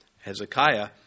Hezekiah